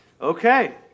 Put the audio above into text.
Okay